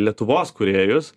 lietuvos kūrėjus